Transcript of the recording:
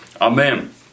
Amen